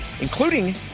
including